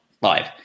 live